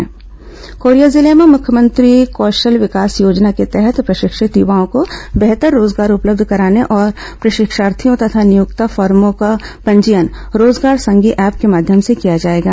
nodal Rozgar Sangi app Korea जिले में मुख्यमंत्री कौशल विकास योजना के तहत प्रशिक्षित युवाओं को बेहतर रोजगार उपलब्ध कराने और प्रशिक्षार्थियों तथा नियोक्ता फर्मों का पंजीयन रोजगार संगी ऐप के माध्यम से किया जाएगा